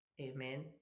Amen